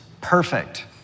perfect